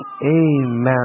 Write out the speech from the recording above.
Amen